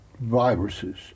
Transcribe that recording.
viruses